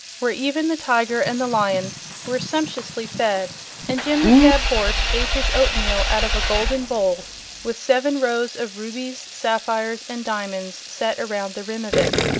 where even the tiger and the lion were sumptuously fed and jim the cab-horse ate his oatmeal out of a golden bowl with seven rows of rubies, sapphires and diamonds set around the rim of it.